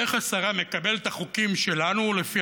איך השרה מקבלת את החוקים שלנו לפי